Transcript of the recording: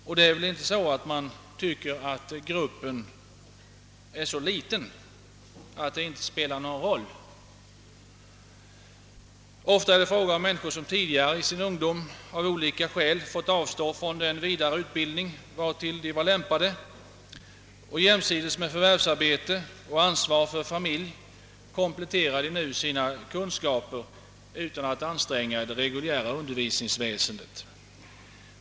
Man tycker väl inte från majoritetens sida att gruppen är så liten att detta inte spelar någon roll. Ofta är det fråga om människor som i sin ungdom av olika skäl fått avstå från den vidare utbildning vartill de var lämpade och nu jämsides med förvärvsarbete och ansvar för familj kompletterar sina kunskaper utan att anstränga det reguljära undervisningsväsendet.